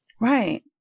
right